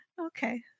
Okay